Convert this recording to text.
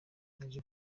yaje